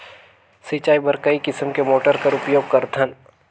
सिंचाई बर कई किसम के मोटर कर उपयोग करथन?